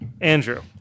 Andrew